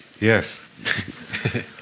Yes